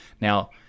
Now